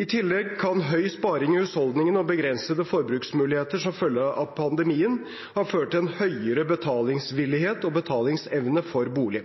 I tillegg kan høy sparing i husholdningene og begrensede forbruksmuligheter som følge av pandemien ha ført til en høyere betalingsvilje og betalingsevne for bolig.